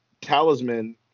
talisman